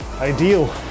ideal